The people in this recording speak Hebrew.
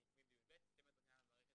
אני תלמיד י"ב, 12 שנה במערכת